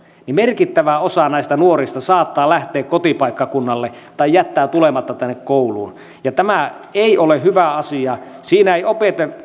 niin merkittävä osa näistä nuorista saattaa lähteä kotipaikkakunnalle tai jättää tulematta kouluun tämä ei ole hyvä asia siinä ei opeteta